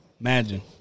Imagine